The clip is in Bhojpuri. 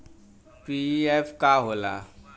पी.एफ का होला?